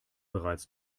bereits